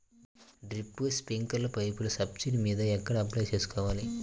Drip, స్ప్రింకర్లు పైపులు subsidy మీద ఎక్కడ అప్లై చేసుకోవాలి?